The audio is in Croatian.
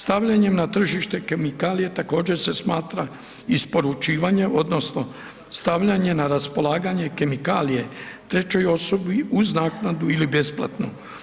Stavljanjem na tržište kemikalije također se smatra isporučivanje odnosno stavljanje na raspolaganje kemikalije trećoj osobi uz naknadu ili besplatno.